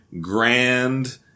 grand